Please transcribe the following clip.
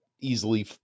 Easily